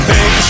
Big